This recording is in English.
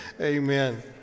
Amen